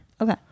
Okay